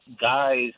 guys